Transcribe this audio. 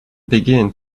begin